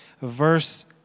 verse